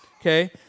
Okay